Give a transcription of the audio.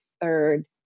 third